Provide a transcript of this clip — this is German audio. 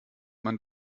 man